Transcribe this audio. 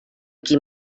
qui